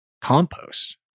Compost